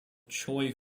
choi